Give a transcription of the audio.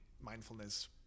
mindfulness